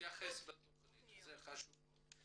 להתייחס בתכנית זה חשוב מאוד.